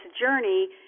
journey